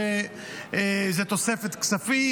שזה תוספת כספים,